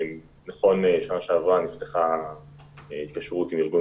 נכון לשנה שעברה נפתחה התקשרות עם ארגון